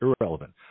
irrelevant